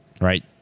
right